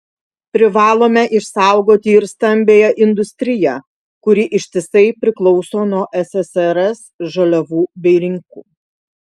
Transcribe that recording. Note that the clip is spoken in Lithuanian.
privalome išsaugoti ir stambiąją industriją kuri ištisai priklauso nuo ssrs žaliavų bei rinkų